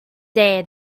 day